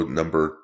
number